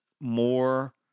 more